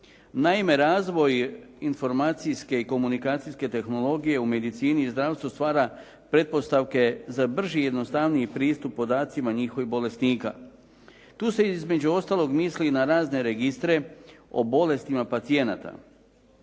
Naime razvoj informacijske i komunikacijske tehnologije u medicini i zdravstvu stvara pretpostavke za brži i jednostavniji pristup podacima njihovih bolesnika. Tu se između ostaloga misli na razne registre, o bolestima pacijenata.